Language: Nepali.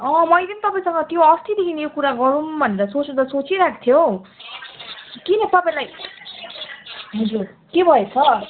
मैले तपाईँसँग त्यो अस्तिदेखि यो कुरा गरौँ भनेर सोच्नु त सोचिरहेको थिएँ हौ किन तपाईँलाई हजुर के भएछ